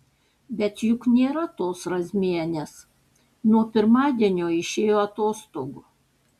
bet juk nėra tos razmienės nuo pirmadienio išėjo atostogų